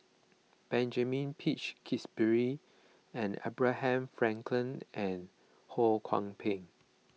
Benjamin Peach Keasberry Abraham Frankel and Ho Kwon Ping